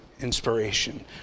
inspiration